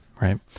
Right